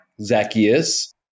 Zacchaeus